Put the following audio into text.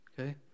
Okay